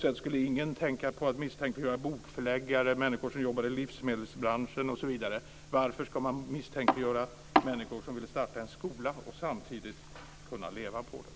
Ingen skulle på det sättet tänka på att misstänkliggöra bokförläggare eller människor som jobbar i livsmedelsbranschen. Varför ska man misstänkliggöra människor som vill starta en skola och samtidigt kunna leva på det?